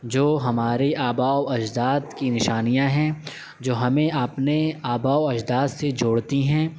جو ہمارے آبا و اجداد کی نشانیاں ہیں جو ہمیں اپنے آبا و اجداد سے جوڑتی ہیں